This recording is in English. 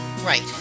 Right